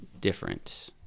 different